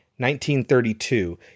1932